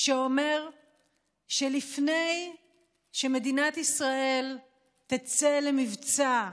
שאומר שלפני שמדינת ישראל תצא למבצע,